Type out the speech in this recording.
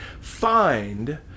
find